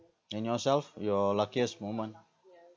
and yourself your luckiest moment